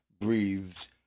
breathes